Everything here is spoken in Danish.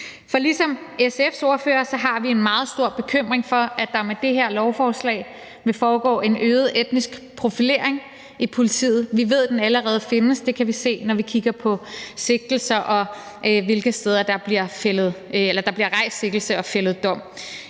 For ligesom SF's ordfører har vi en meget stor bekymring for, at der med det her lovforslag vil foregå en øget etnisk profilering i politiet. Vi ved, at den allerede findes; det kan vi se, når vi kigger på sigtelser, og hvilke steder der bliver rejst sigtelse og fældet dom.